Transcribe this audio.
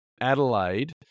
Adelaide